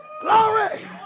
Glory